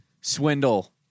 swindle